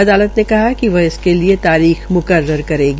अदालत ने कहा कि वह इसके लिये तारीख मुकर्रर करेगी